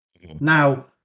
Now